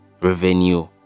revenue